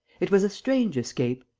it was a strange escape.